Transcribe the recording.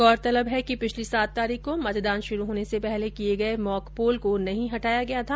गौरतलब है कि पिछली सात तारीख को मतदान शुरू होने से पहले किये गये मॉक पोल को नहीं हटाया गया था